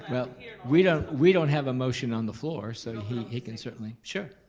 we don't we don't have a motion on the floor, so he he can certainly, sure.